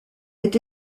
est